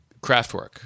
Craftwork